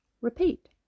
repeat